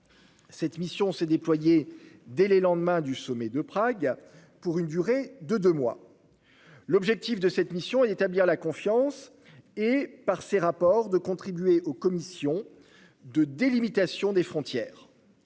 Cette mission s'est déployée dès le lendemain du sommet de Prague pour une durée de deux mois. L'objectif de cette mission est d'établir la confiance et, par ses rapports, de contribuer aux commissions de délimitation des frontières.